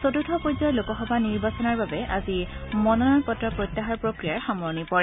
চতুৰ্থ পৰ্যায়ৰ লোকসভা নিৰ্বাচনৰ বাবে আজি মনোনয়ন পত্ৰ প্ৰত্যাহাৰ প্ৰক্ৰিয়াৰ সামৰণি পৰে